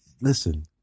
listen